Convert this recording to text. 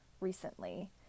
recently